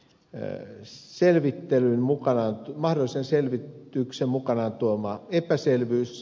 räsänen sanoi tämä mahdollisen selvityksen mukanaan tuoma epäselvyys